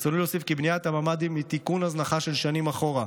ברצוני להוסיף כי בניית הממ"דים היא תיקון הזנחה של שנים אחורה.